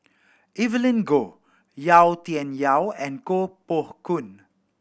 Evelyn Goh Yau Tian Yau and Koh Poh Koon